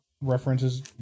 references